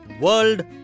world